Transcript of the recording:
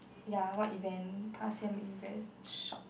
ya what event past year make you very shocked